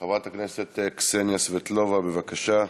חברת הכנסת קסניה סבטלובה, בבקשה.